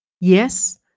Yes